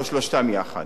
או שלושתם יחד,